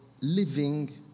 living